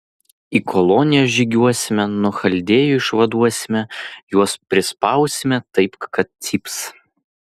į kolonijas žygiuosime nuo chaldėjų išvaduosime juos prispausime taip kad cyps